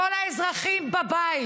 מכל האזרחים בבית: